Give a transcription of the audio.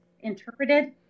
interpreted